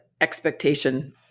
expectation